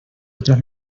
otras